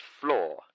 floor